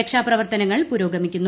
രക്ഷാപ്രവർത്തനങ്ങൾ പുരോഗമിക്കുന്നു